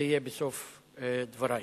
זה יהיה בסוף דברי.